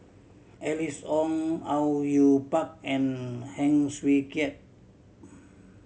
Alice Ong Au Yue Pak and Heng Swee Keat